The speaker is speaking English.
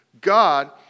God